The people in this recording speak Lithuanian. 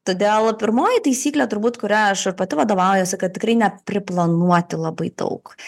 todėl pirmoji taisyklė turbūt kuria aš ir pati vadovaujuosi kad tikrai ne priplanuoti labai daug